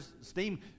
steam